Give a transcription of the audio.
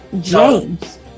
James